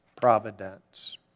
providence